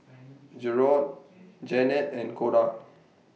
Jerrold Janette and Koda